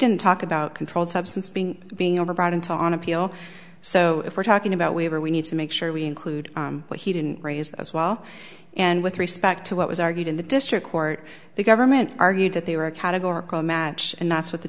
didn't talk about controlled substance being being overbroad into on appeal so if we're talking about waiver we need to make sure we include what he didn't raise as well and with respect to what was argued in the district court the government argued that they were a categorical match and that's what the